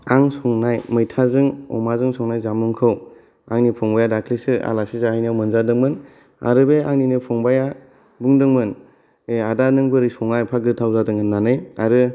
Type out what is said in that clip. आं संनाय मैथाजों अमाजों संनाय जामुंखौ आंनि फंबाया दाख्लिसो आलासि जाहैनायाव मोनजादोंमोन आरो बि आंनिनो फंबाया बुंदोंमोन ए आदा नों बोरै सङा एफा गोथाव जादों होननानै आरो